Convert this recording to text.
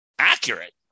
accurate